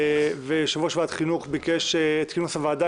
ויושב-ראש ועדת חינוך ביקש את כינוס הוועדה